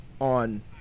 on